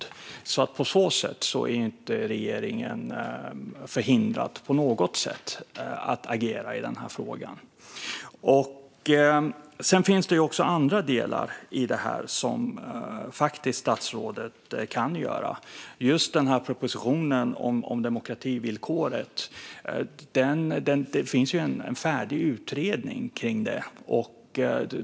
På så sätt är regeringen inte på något sätt förhindrad att agera i frågan. Sedan finns annat som statsrådet kan göra. Just inför propositionen om demokrativillkoret finns en färdig utredning.